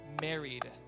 married